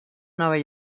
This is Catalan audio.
nova